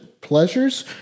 pleasures